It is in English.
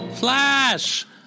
Flash